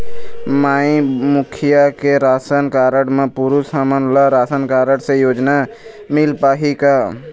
माई मुखिया के राशन कारड म पुरुष हमन ला राशन कारड से योजना मिल पाही का?